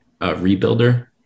rebuilder